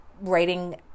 writing